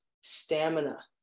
stamina